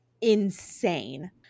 insane